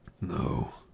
No